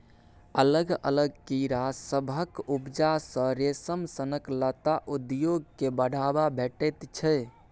अलग अलग कीड़ा सभक उपजा सँ रेशम सनक लत्ता उद्योग केँ बढ़ाबा भेटैत छै